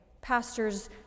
pastors